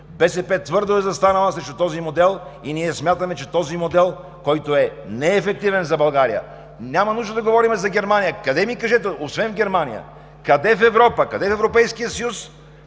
БСП твърдо е застанала срещу този модел. Ние смятаме, че този модел е неефективен за България. Няма нужда да говорим за Германия. Кажете ми освен в Германия къде в Европа, къде в Европейския съюз